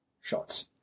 Shots